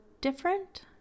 different